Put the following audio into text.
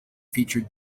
featured